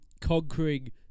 conquering